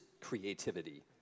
creativity